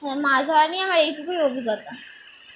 হ মাছ ধরা নিয়ে আমার এইটুকুই অভিজ্ঞতা